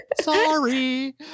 Sorry